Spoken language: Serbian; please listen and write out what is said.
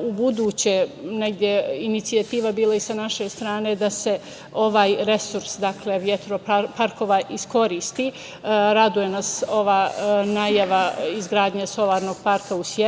u buduće, negde, inicijativa bila i sa naše strane da se ovaj resurs, dakle, vetroparkova iskoristi. Raduje nas ova najava izgradnje solarnog parka u Sjenici.